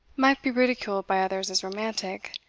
might be ridiculed by others as romantic,